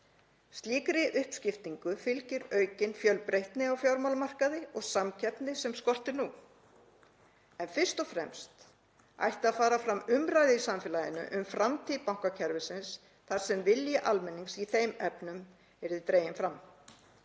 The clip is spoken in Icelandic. Slíkri uppskiptingu fylgir aukin fjölbreytni á fjármálamarkaði og samkeppni sem skortir nú. En fyrst og fremst ætti að fara fram umræða í samfélaginu um framtíð bankakerfisins þar sem vilji almennings í þeim efnum yrði dreginn fram.